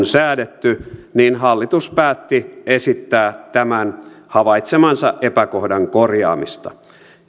säädetty hallitus päätti esittää tämän havaitsemansa epäkohdan korjaamista